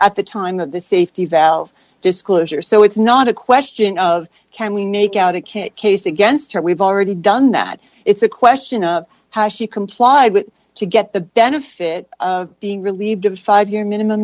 at the time of the safety valve disclosure so it's not a question of can we make out a kid case against her we've already done that it's a question of how she complied with to get the benefit being relieved of five year minimum